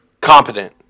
competent